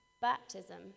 Baptism